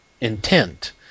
intent